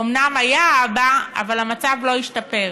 אומנם היה אבא, אבל המצב לא השתפר.